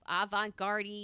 avant-garde